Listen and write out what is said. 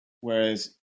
Whereas